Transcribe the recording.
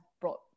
brought